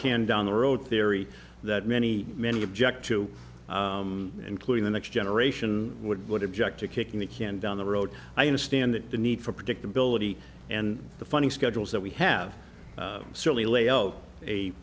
can down the road theory that many many object to including the next generation would what object to kicking the can down the road i understand that the need for predictability and the funny schedules that we have certainly lay o